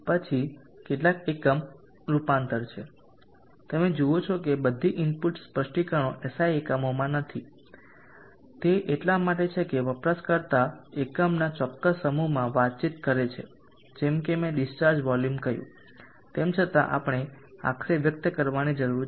પછી કેટલાક એકમ રૂપાંતર છે તમે જુઓ છો કે બધી ઇનપુટ સ્પષ્ટીકરણો SI એકમોમાં નથી તે એટલા માટે છે કે વપરાશકર્તા એકમના ચોક્કસ સમૂહમાં વાતચીત કરે છે જેમ કે મેં ડીસ્ચાર્જ વોલ્યુમ કહ્યું તેમ છતાં આપણે આખરે વ્યક્ત કરવાની જરૂર છે